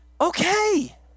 okay